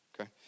Okay